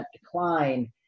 decline